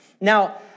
Now